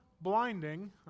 blinding